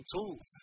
Tools